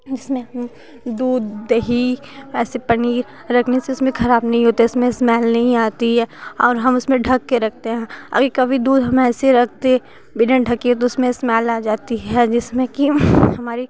जिसमें दूध दही ऐसे पनीर रखने से उसमें खराब नहीं होता है उसमें इस्मैल नहीं आती है और हम उसमें ढक कर रखते हैं अगर कभी दूध हम ऐसे रखते बिना ढ़के तो उसमें इस्मैल आ जाती है जिसमें कि हम हमारी